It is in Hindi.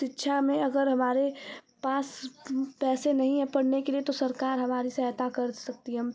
शिक्षा में अगर हमारे पास पैसे नहीं है पढ़ने के लिए तो सरकार हमारी सहायता कर सकती हम